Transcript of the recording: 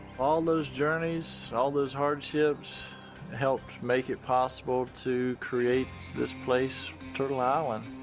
all those journeys, all those hardships helped make it possible to create this place, turtle island.